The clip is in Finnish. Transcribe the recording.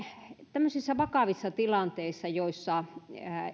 tämmöisissä vakavissa tilanteissa joissa